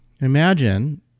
imagine